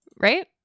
Right